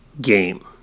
game